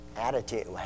attitude